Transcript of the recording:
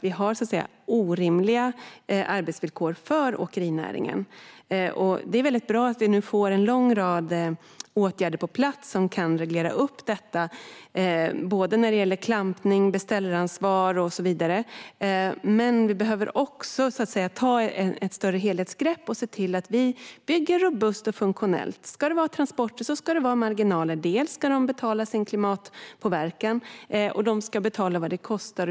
Vi har orimliga arbetsvillkor för åkerinäringen. Det är väldigt bra att vi nu får en lång rad åtgärder på plats som kan reglera detta. Det gäller klampning, beställaransvar och så vidare. Men vi behöver också ta ett större helhetsgrepp och se till att vi bygger robust och funktionellt. Ska det vara transporter ska det vara marginaler. De ska betala sin klimatpåverkan, och de ska betala vad det kostar.